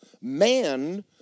man